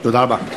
תודה רבה.